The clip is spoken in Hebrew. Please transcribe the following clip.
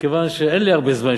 מכיוון שאין לי הרבה זמן,